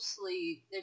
mostly